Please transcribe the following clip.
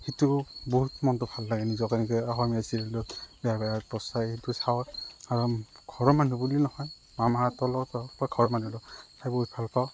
সিটো বহুত মনটো ভাল লাগে নিজকে নিজে অসমীয়া চিৰিয়েলত বেহৰবাৰী আউটপষ্ট চাই সেইটো চাওঁ আৰু ঘৰৰ মানুহ বুলি নহয় মামাহঁতৰ লগতো বা ঘৰৰ মানুহৰ লগত সেইবোৰ ভাল পাওঁ